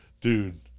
Dude